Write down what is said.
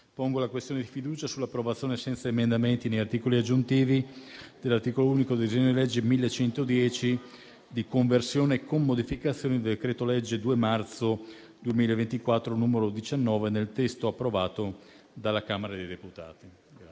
pongo la questione di fiducia sull'approvazione, senza emendamenti né articoli aggiuntivi, dell'articolo unico del disegno di legge n. 1110, di conversione, con modificazioni, del decreto-legge 2 marzo 2024, n. 19, nel testo approvato dalla Camera dei deputati.